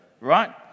right